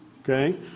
Okay